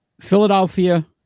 Philadelphia